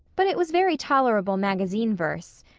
but it was very tolerable magazine verse.